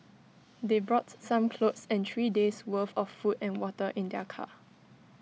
they brought some clothes and three days' worth of food and water in their car